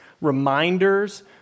reminders